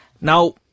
Now